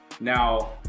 now